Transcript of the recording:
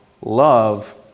love